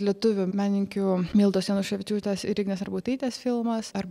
lietuvių menininkių mildos januševičiūtės ir ignės arbutaitės filmas